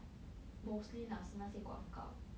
mostly lah 是那些广告